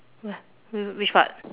where wait wait which part